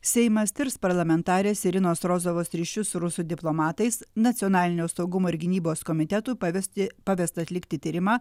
seimas tirs parlamentarės irinos rozovos ryšius su rusų diplomatais nacionalinio saugumo ir gynybos komitetui pavesti pavesta atlikti tyrimą